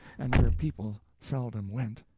and where people seldom went.